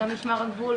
גם משמר הגבול,